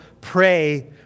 pray